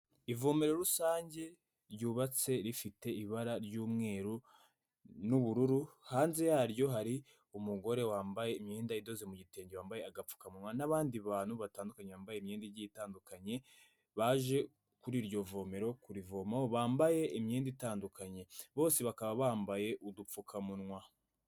Ivomero rusange ryubatse rifite ibara ry'umweru n'ubururu, hanze yaryo hari umugore wambaye imyenda idoze mu gitenge, wambaye agapfukawa n'abandi bantu batandukanye bambaye imyenda igiye itandukanye, baje kuri iryovomero kurivomaho, bambaye imyenda itandukanye, bose bakaba bambaye udupfukamunwa.